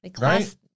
Right